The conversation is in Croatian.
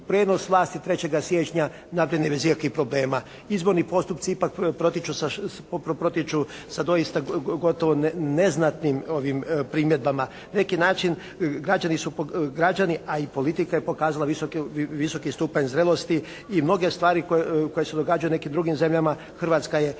i prijenos vlasti 3. siječnja napravljen je bez ikakvih problema. Izborni postupci ipak protječu sa doista gotovo neznatnim primjedbama, na neki način građani su, građani a i politika je pokazala visoki stupanj zrelosti i mnoge stvari koje se događaju u nekim drugim zemljama Hrvatska je hvala